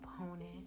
opponent